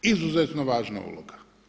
Izuzetno važna uloga.